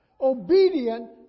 obedient